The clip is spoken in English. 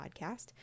podcast